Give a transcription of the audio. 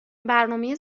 برنامه